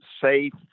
safe